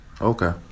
Okay